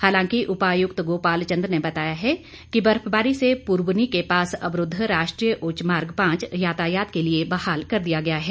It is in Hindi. हालांकि उपायुक्त गोपाल चंद ने बताया है कि बर्फबारी से पूर्वनी के पास अवरूद्ध राष्ट्रीय उच्च मार्ग पांच यातायात के लिए बहाल कर दिया गया है